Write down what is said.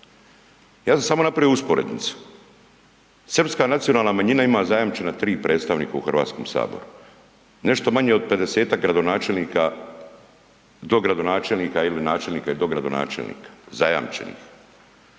Ja sam samo napravio usporednicu, srpska nacionalna manjina ima zajamčena tri predstavnika u HS-u, nešto manje od pedesetak gradonačelnika, dogradonačelnika ili načelnika i dogradonačelnika zajamčenih,